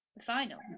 final